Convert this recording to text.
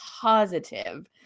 positive